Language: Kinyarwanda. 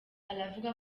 aravuga